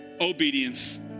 obedience